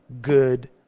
good